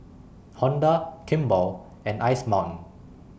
Honda Kimball and Ice Mountain